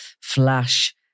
flash